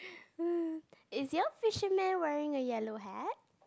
is your fisherman wearing a yellow hat